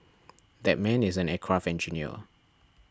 that man is an aircraft engineer